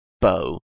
bow